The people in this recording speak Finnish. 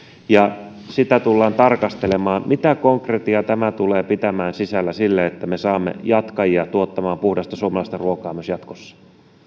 ja sitä tullaan tarkastelemaan mitä konkretiaa tämä tulee pitämään sisällä silleen että me saamme jatkajia tuottamaan puhdasta suomalaista ruokaa myös jatkossa